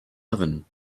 oven